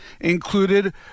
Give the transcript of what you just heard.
included